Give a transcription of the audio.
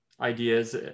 ideas